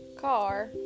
Car